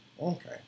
okay